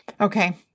Okay